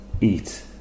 eat